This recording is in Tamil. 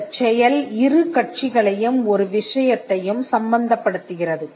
அந்தச் செயல் இரு கட்சிகளையும் ஒரு விஷயத்தையும் சம்பந்தப்படுத்துகிறது